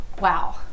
Wow